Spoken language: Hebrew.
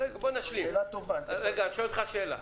שאלה טובה --- רגע, אני שואל שאלה.